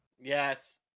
Yes